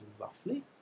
roughly